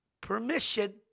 permission